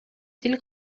тил